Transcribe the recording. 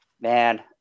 Man